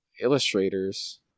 illustrators